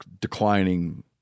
declining